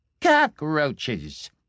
Cockroaches